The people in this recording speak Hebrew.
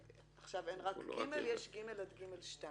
עכשיו אין רק (ג), יש (ג) עד (ג2).